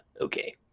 okay